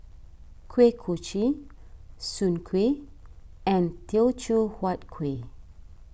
Kuih Kochi Soon Kuih and Teochew Huat Kueh